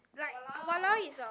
like !walao! is a